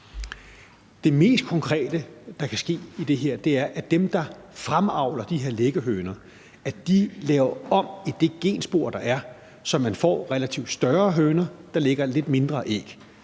Det mest konkrete, der kan ske i det her, er, at dem, der fremavler de her liggehøner, laver om i det genspor, der er, så man får relativt større høner, der lægger lidt mindre æg,